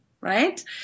right